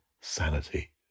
sanity